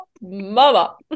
mama